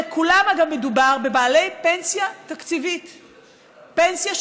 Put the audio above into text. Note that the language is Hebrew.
ולגבי כולם,